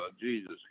Jesus